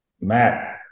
Matt